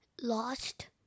Lost